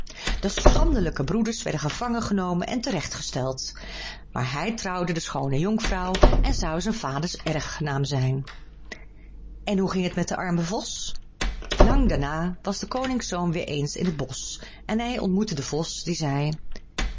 de schandelijke broeders werden gevangen genomen en terecht gesteld maar hij trouwde de schoone jonkvrouw en zou zijn vader's erfgenaam zijn en hoe ging het den armen vos lang daarna was de koningszoon weer eens in het bosch en hij ontmoette den vos die zeide